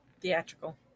Theatrical